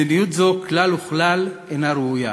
מדיניות זו כלל וכלל אינה ראויה.